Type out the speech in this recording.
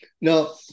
now